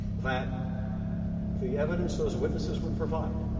that the evidence those witnesses would provide